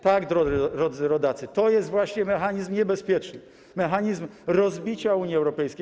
Tak, drodzy rodacy, to jest właśnie mechanizm niebezpieczny, mechanizm rozbicia Unii Europejskiej.